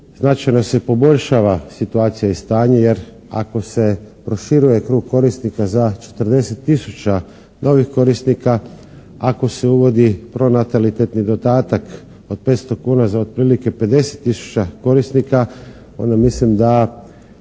značajno se poboljšava situacija i stanje, jer ako se proširuje krug korisnika za 40 tisuća novih korisnika, ako se uvodi pronatalitetni dodatak od 500 kuna za otprilike 50 tisuća korisnika onda mislim da